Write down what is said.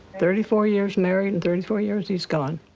thirty four years married, and thirty four years he's gone.